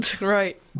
Right